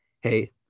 hey